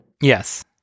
Yes